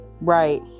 Right